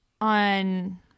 on